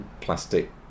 plastic